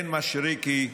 כן, מישרקי,